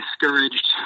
discouraged